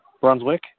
Brunswick